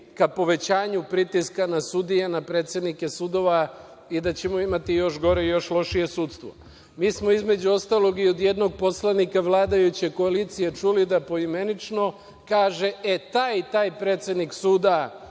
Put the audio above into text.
ka povećanju pritiska na sudije, na predsednike sudova i da ćemo imati još gore i još lošije sudstvo. Mi smo, između ostalog, i od jednog poslanika vladajuće koalicije čuli da poimenično kaže – e taj i taj predsednik suda